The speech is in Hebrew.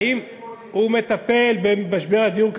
האם הוא מטפל במשבר הדיור,